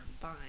Fine